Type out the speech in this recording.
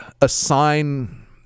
assign